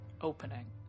opening